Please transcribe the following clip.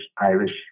Irish